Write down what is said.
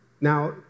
Now